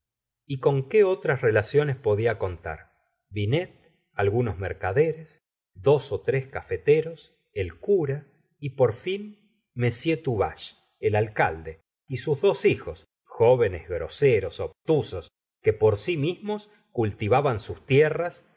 y con qué otras relaciones podía contar binet algunos mercaderes dos ó tres cafeteros el cura y por fin m tuvache el alcalde y sus dos hijos jóvenes groseros obtusos que por si mismos cultivaban sus tierras